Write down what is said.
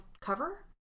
cover